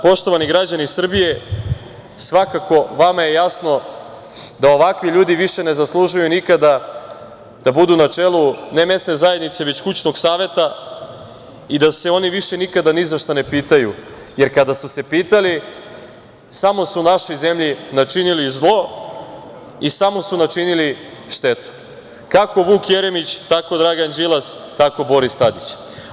Poštovani građani Srbije, svakako je vama jasno da ovakvi ljudi više ne zaslužuju nikada da budu na čelu ne mesne zajednice već kućnog saveta i da se oni više nikada ni za šta ne pitaju, jer kada su se pitali, samo su našoj zemlji načinili zlo i samo su načinili štetu, kako Vuk Jeremić, tako Dragan Đilas, tako Boris Tadić.